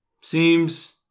Seems